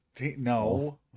No